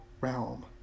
realm